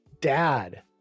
Dad